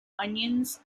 onions